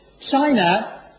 China